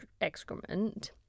excrement